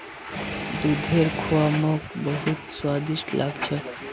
दूधेर खुआ मोक बहुत स्वादिष्ट लाग छ